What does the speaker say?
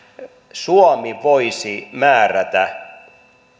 suomi voisi määrätä